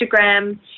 Instagram